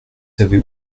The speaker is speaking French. avez